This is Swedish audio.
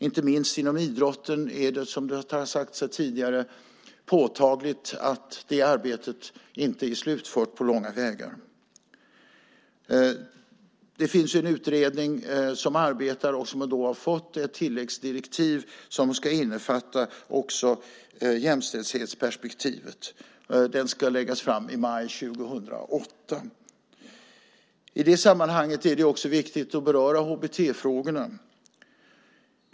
Inte minst inom idrotten är det, som har sagts här tidigare, påtagligt att det arbetet inte på långa vägar är slutfört. Det finns en utredning som arbetar och som har fått ett tilläggsdirektiv som ska innefatta också jämställdhetsperspektivet. Den ska läggas fram i maj 2008. I det sammanhanget är det också viktigt att beröra HBT-frågorna.